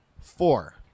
Four